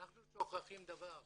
אנחנו שוכחים דבר שיש,